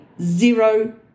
Zero